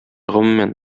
гомумән